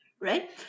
right